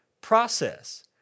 process